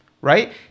right